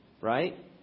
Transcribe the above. Right